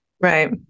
Right